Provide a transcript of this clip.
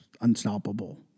unstoppable